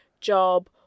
job